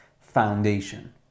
foundation